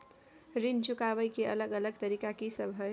ऋण चुकाबय के अलग अलग तरीका की सब हय?